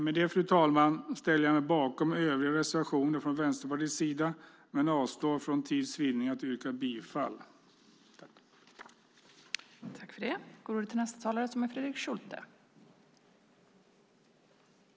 Med det, fru talman, ställer jag mig bakom övriga reservationer från Vänsterpartiet men avstår för tids vinnande att yrka bifall till dessa.